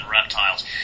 reptiles